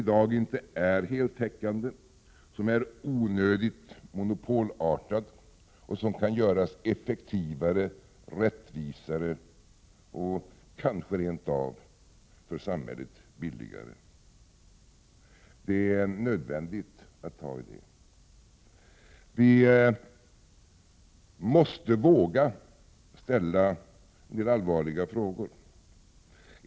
Den är inte heltäckande i dag, den är onödigt monopolartad och kan göras effektivare, rättvisare och kanske rent av för samhället billigare. Det är nödvändigt att vi tar itu med denna fråga. Vi måste våga ställa mer allvarliga frågor.